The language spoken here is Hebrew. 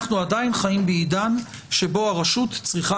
אנחנו עדיין חיים בעידן שבו הרשות צריכה